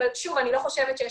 אני לא חושבת שיש